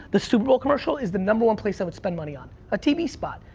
the superbowl commercial is the number one place i would spend money on a tv spot.